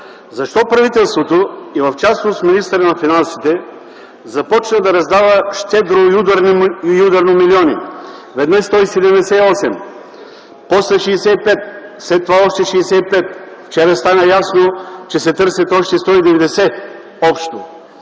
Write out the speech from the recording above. защо правителството и в частност министърът на финансите започна да раздава щедро и ударно милиони: веднъж 178, после 65, след това още 65. Вчера стана ясно, че се търсят още 190 млн.